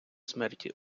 смерті